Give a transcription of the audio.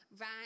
Right